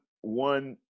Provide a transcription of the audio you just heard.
one